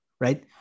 right